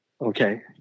okay